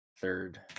Third